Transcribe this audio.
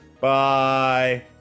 Bye